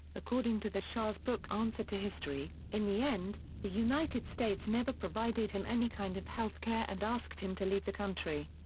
according to the shah's book answer to history, in the end, the united states never provided him any kind of health care and asked him to leave the country.